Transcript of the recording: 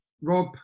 Rob